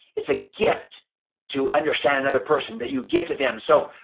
it's a gift to understand another person that you give to them. so,